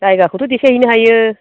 जायगाखौथ' देखाय हैनो हायो